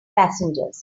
passengers